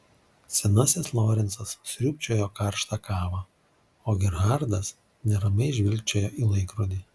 senasis lorencas sriūbčiojo karštą kavą o gerhardas neramiai žvilgčiojo į laikrodį